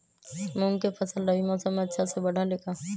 मूंग के फसल रबी मौसम में अच्छा से बढ़ ले का?